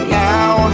now